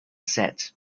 set